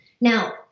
Now